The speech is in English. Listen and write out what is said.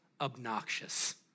obnoxious